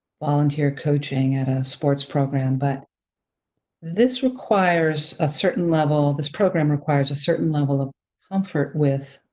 volunteer coaching at a sports program. but this requires a certain level, this program requires a certain level of comfort with